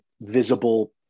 visible